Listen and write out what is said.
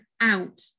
out